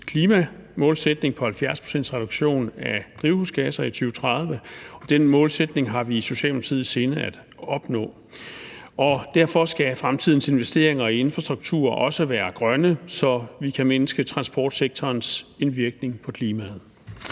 klimamålsætning om 70-procentsreduktion af drivhusgasser i 2030, og den målsætning har vi i Socialdemokratiet i sinde at opnå, og derfor skal fremtidens investeringer i infrastruktur også være grønne, så vi kan mindske transportsektorens indvirkning på klimaet.